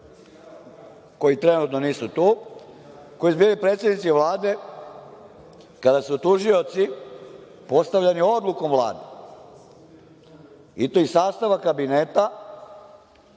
koji trenutno nisu tu, a koji su bili predsednici Vlade kada su tužioci postavljani odlukom Vlade, i to iz sastava kabineta